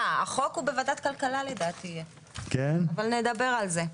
החוק לדעתי יהיה בוועדת כלכלה, אבל נדבר על זה.